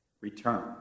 return